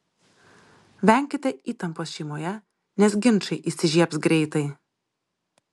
venkite įtampos šeimoje nes ginčai įsižiebs greitai